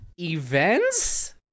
events